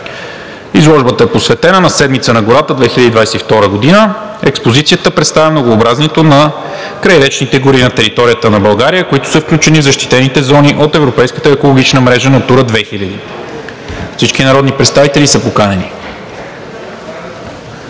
Изложбата е посветена на Седмицата на гората – 2022 г. Експозицията представя многообразието на крайречните гори на територията на България, които са включени в защитените зони от Европейската екологична мрежа „Натура 2000“. Всички народни представители са поканени.